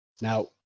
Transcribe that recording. now